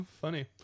Funny